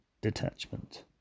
detachment